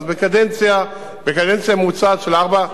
אז בקדנציה ממוצעת של ארבע,